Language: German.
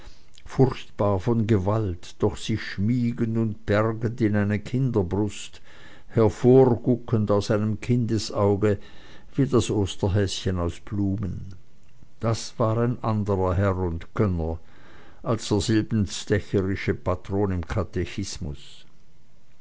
furchtbar von gewalt doch sich schmiegend und bergend in eine kinderbrust hervorguckend aus einem kindesauge wie das osterhäschen aus blumen das war ein anderer herr und gönner als der silbenstecherische patron im katechismus